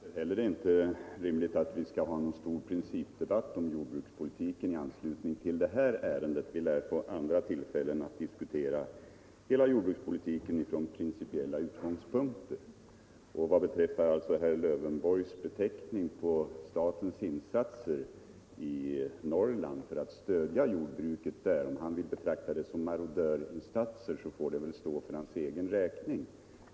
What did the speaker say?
Herr talman! Jag anser det heller inte rimligt att vi skall ha en stor principdebatt i anslutning till det här ärendet. Vi lär få andra tillfällen att diskutera hela jordbrukspolitiken från principiella utgångspunkter. Om herr Lövenborg vill betrakta statens insatser för att stödja jordbruket i Norrland som marodörverksamhet så får det väl stå för hans egen räkning.